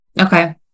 Okay